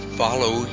follow